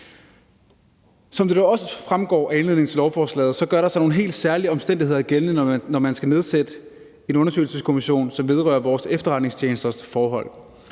Som det dog også fremgår af indledningen til lovforslaget, gør der sig nogle helt særlige omstændigheder gældende, når man skal nedsætte en undersøgelseskommission, som vedrører vores efterretningstjenesters forhold.